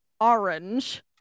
orange